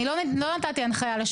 אם אנחנו לא רוצים לדבר פוליטיקה.